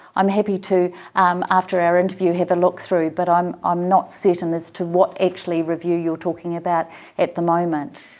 i'm happy to after our interview have a look through. but i'm i'm not certain as to what actually review you're talking about at the moment.